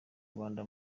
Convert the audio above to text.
rwanda